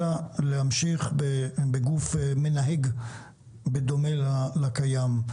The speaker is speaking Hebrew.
אלא להמשיך בגוף מנהג בדומה לקיים.